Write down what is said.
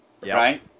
Right